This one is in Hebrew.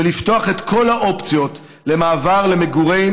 ולפתוח את כל האופציות למעבר למגורים